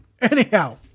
Anyhow